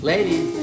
Ladies